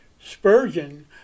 Spurgeon